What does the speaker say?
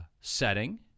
setting